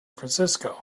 francisco